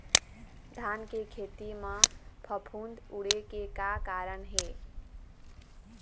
धान के खेती म फफूंद उड़े के का कारण हे?